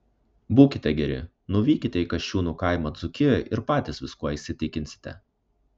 būkite geri nuvykite į kasčiūnų kaimą dzūkijoje ir patys viskuo įsitikinsite